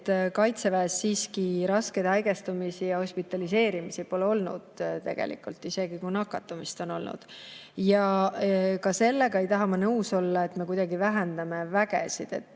kaitseväes siiski raskeid haigestumisi ja hospitaliseerimisi pole olnud, isegi kui nakatumist on olnud. Ja ka sellega ei taha ma nõus olla, et me vähendame vägesid.